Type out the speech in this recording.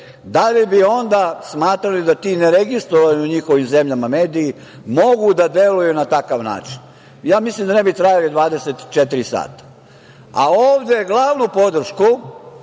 da li bi onda smatrali da ti neregistrovani u njihovim zemljama, mediji, mogu da deluju na takav način. Ja mislim da ne bi trajali ni 24 časa. Ovde glavnu podršku